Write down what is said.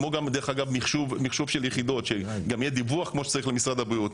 כמו מחשוב של יחידות שגם יהיה דיווח כמו שצריך למשרד הבריאות,